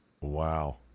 Wow